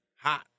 hot